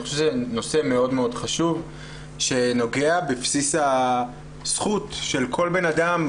אני חושב שזה נושא מאוד מאוד חשוב שנוגע בבסיס הזכות של כל בנאדם,